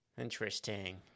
Interesting